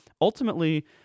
Ultimately